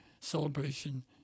celebration